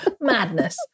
Madness